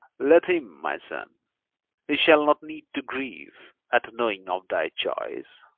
let him, my son he shall not need to grieve at knowing of thy choice.